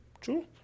True